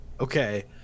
okay